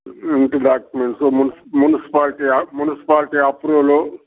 ఇంటి డాక్యుమెంట్సు మున్ మున్సిపాలిటీ అప్ మున్సిపాలిటీ అప్రూవల్